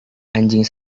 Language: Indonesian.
anjing